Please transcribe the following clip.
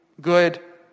good